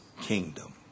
kingdom